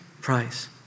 price